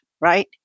right